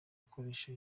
ukoresha